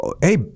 Hey